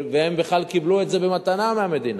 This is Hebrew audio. והם בכלל קיבלו את זה במתנה מהמדינה,